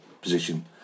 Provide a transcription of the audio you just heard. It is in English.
position